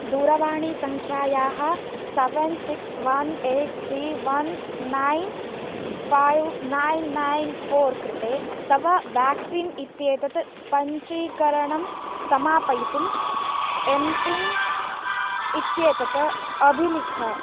दूरवाणीसङ्ख्यायाः seven six one eight three one nine five nine nine four कृते तव vaccine इत्येतत् पञ्चीकरणं समापयितुम् एम्पिन् इत्येतत् अभिलिख